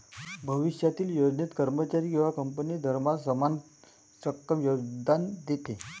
भविष्यातील योजनेत, कर्मचारी किंवा कंपनी दरमहा समान रक्कम योगदान देते